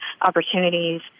opportunities